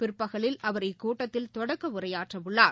பிற்பகலில் அவர் இக்கூட்டத்தில் தொடக்கஉரையாற்றவுள்ளார்